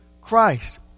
Christ